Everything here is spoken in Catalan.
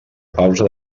pausa